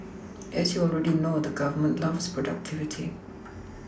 as you already know the Government loves productivity